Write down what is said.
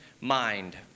mind